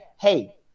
hey